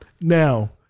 Now